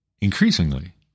increasingly